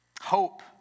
Hope